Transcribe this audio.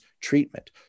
treatment